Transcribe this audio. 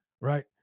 right